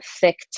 thick